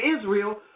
Israel